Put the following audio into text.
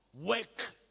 work